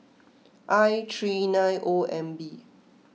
I three nine O M B